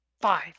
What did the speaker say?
five